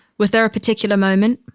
was there a particular moment?